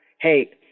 hey